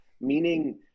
Meaning